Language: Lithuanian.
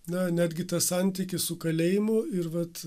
na netgi tą santykį su kalėjimu ir vat